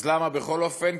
אז למה בכל אופן?